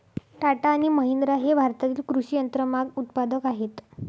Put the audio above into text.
टाटा आणि महिंद्रा हे भारतातील कृषी यंत्रमाग उत्पादक आहेत